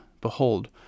Behold